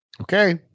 Okay